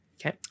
Okay